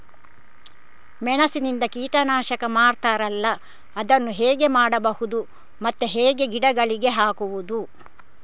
ಮೆಣಸಿನಿಂದ ಕೀಟನಾಶಕ ಮಾಡ್ತಾರಲ್ಲ, ಅದನ್ನು ಹೇಗೆ ಮಾಡಬಹುದು ಮತ್ತೆ ಹೇಗೆ ಗಿಡಗಳಿಗೆ ಹಾಕುವುದು?